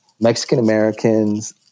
Mexican-Americans